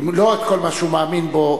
אם לא את כל מה שהוא מאמין בו.